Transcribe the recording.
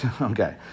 okay